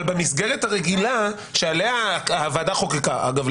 אבל במסגרת הרגילה שהוועדה חוקקה אגב,